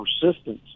persistence